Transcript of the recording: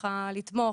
לתמוך,